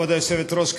כבוד היושבת-ראש,